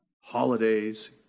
holidays